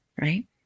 right